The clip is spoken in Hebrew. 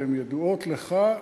והן ידועות לך,